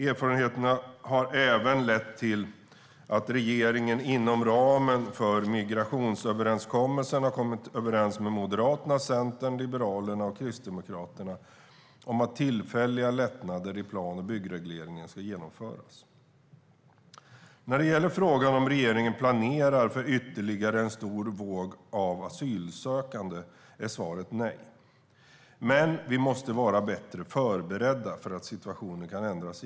Erfarenheterna har även lett till att regeringen, inom ramen för migrationsöverenskommelsen, har kommit överens med Moderaterna, Centern, Liberalerna och Kristdemokraterna om att tillfälliga lättnader i plan och byggregleringen ska genomföras. När det gäller frågan om regeringen planerar för ytterligare en stor våg av asylsökande är svaret nej. Men vi måste vara bättre förberedda för att situationen kan ändras.